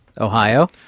Ohio